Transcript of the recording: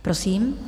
Prosím.